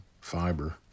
fiber